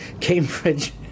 Cambridge